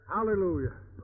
Hallelujah